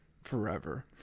forever